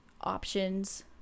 options